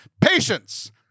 Patience